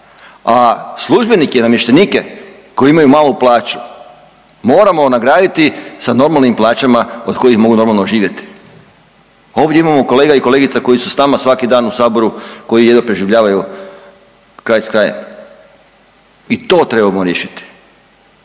a službenike i namještenike koji imaju malu plaću moramo nagraditi sa normalnim plaćama od kojih mogu normalno živjeti. Ovdje imamo kolega i kolegica koji su s nama svaki dan u saboru koji jedva preživljavaju kraj s krajem. I to trebamo riješiti.